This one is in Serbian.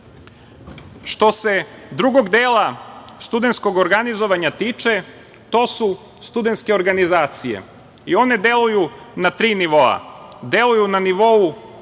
se drugog dela studentskog organizovanja tiče, to su studentske organizacije. One deluju na tri nivoa - na nivou